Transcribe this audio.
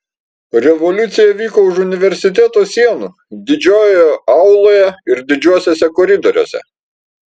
revoliucija vyko už universiteto sienų didžiojoje auloje ir didžiuosiuose koridoriuose